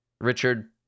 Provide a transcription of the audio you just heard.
Richard